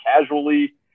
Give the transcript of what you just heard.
casually –